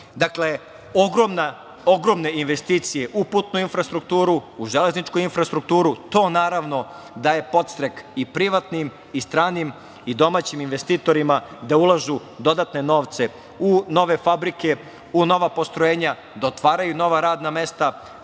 ogromne investicije u putnu infrastrukturu, u železničku infrastrukturu, to naravno daje podstrek i privatnim i stranim, i domaćim investitorima da ulažu dodatne novce u nove fabrike, u nova postrojenja, da otvaraju nova radna mesta.